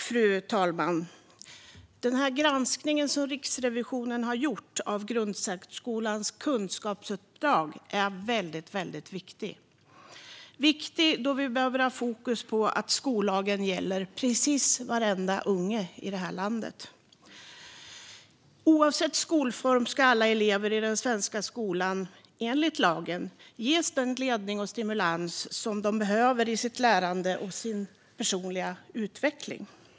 Fru talman! Den granskning som Riksrevisionen har gjort av grundsärskolans kunskapsuppdrag är väldigt viktig. Den är viktig därför att vi behöver ha fokus på att skollagen gäller precis varenda unge i det här landet. Oavsett skolform ska alla elever i den svenska skolan enligt lagen ges den ledning och stimulans som de behöver i sitt lärande och i sin personliga utveckling.